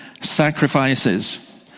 sacrifices